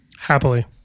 Happily